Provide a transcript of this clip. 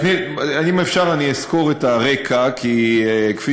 אם אפשר, אסקור את הרקע, כי כפי